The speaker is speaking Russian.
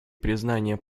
признания